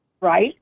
Right